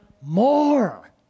more